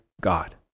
God